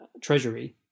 treasury